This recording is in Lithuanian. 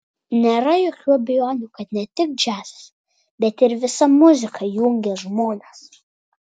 nėra jokių abejonių kad ne tik džiazas bet ir visa muzika jungia žmonės